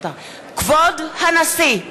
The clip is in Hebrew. כבוד הנשיא!